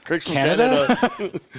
Canada